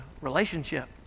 relationship